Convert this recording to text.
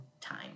time